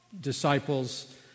disciples